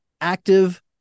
active